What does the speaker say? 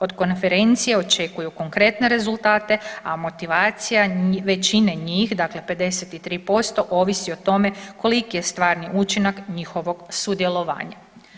Od konferencije očekuju konkretne rezultate, a motivacija većine njih, dakle 53% ovisi o tome koliki je stvarni učinak njihovog sudjelovanja.